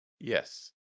Yes